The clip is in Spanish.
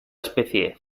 especie